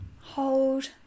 hold